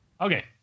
Okay